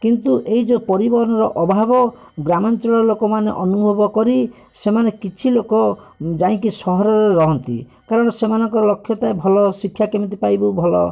କିନ୍ତୁ ଏଇ ଯୋଉ ପରିବହନର ଅଭାବ ଗ୍ରାମାଞ୍ଚଳ ଲୋକମାନେ ଅନୁଭବ କରି ସେମାନେ କିଛି ଲୋକ ଯାଇକି ସହରରେ ରହନ୍ତି କାରଣ ସେମାନଙ୍କର ଲକ୍ଷ୍ୟ ଥାଏ ଭଲ ଶିକ୍ଷା କେମିତି ପାଇବୁ ଭଲ